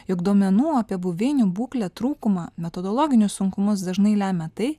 jog duomenų apie buveinių būklę trūkumą metodologinius sunkumus dažnai lemia tai